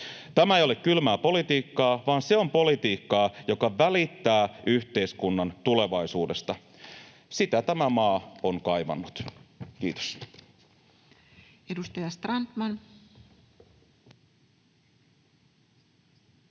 Tämä ei ole kylmää politiikkaa, vaan se on politiikkaa, joka välittää yhteiskunnan tulevaisuudesta. Sitä tämä maa on kaivannut. — Kiitos. Edustaja Strandman. Arvoisa